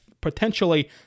potentially